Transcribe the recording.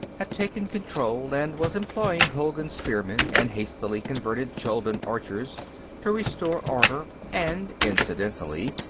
had taken control and was employing hulgun spearmen and hastily-converted chuldun archers to restore order and, incidentally,